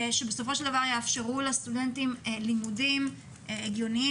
שבסופו של דבר יאפשרו לסטודנטים לימודים הגיוניים